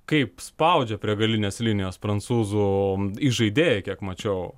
kaip spaudžia prie galinės linijos prancūzų įžaidėjai kiek mačiau